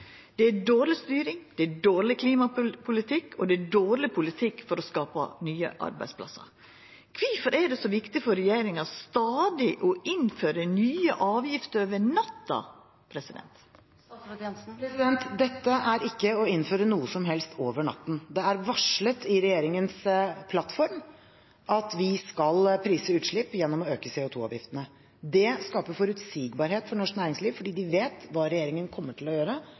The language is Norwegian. Det er dårleg styring, det er dårleg klimapolitikk, og det er dårleg politikk for å skapa nye arbeidsplassar. Kvifor er det så viktig for regjeringa stadig å innføra nye avgifter over natta? Dette er ikke å innføre noe som helst over natten. Det er varslet i regjeringens plattform at vi skal prise utslipp gjennom å øke CO 2 -avgiftene. Det skaper forutsigbarhet for norsk næringsliv fordi de vet hva regjeringen kommer til å gjøre